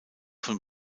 von